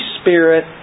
Spirit